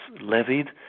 levied